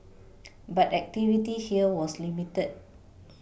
but activity here was limited